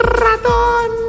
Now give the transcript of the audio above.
ratón